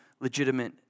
Legitimate